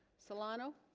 solano